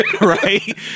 Right